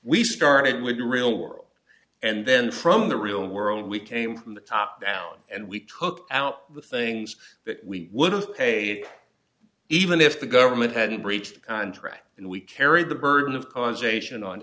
we started with the real world and then from the real world we came from the top down and we took out the things that we would have paid even if the government hadn't breached contract and we carry the burden of causation on